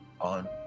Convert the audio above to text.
on